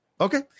Okay